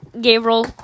Gabriel